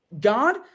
God